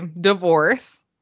divorce